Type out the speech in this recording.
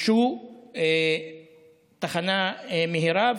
ביקשו תחנה מהירה.